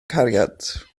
cariad